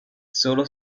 solo